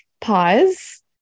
pause